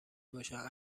باشند